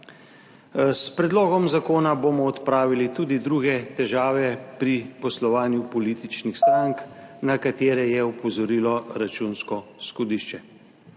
S predlogom zakona bomo odpravili tudi druge težave pri poslovanju političnih strank, na katere je opozorilo Računsko sodišče.